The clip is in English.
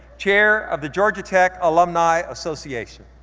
chair of the georgia tech alumni association.